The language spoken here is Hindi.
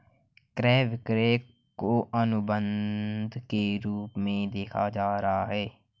क्रय विक्रय को अनुबन्ध के रूप में देखा जाता रहा है